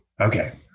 Okay